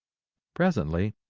presently,